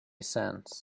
sense